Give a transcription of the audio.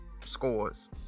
Scores